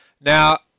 Now